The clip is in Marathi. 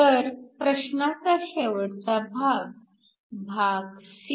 तर प्रश्नाचा शेवटचा भाग भाग c